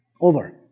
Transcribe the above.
Over